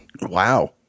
Wow